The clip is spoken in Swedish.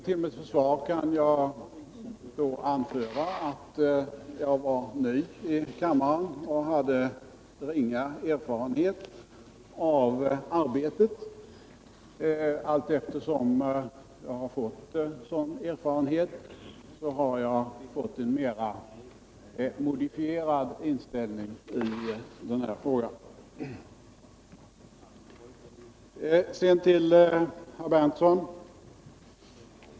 Till mitt försvar kan jag nu anföra att jag då var ny i kammaren och inte hade någon erfarenhet av arbetet. Men allteftersom jag har fått sådan erfarenhet har min inställning till denna fråga blivit mer modifierad. Sedan några ord till Nils Berndtson.